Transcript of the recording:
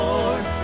Lord